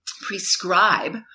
prescribe